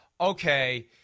okay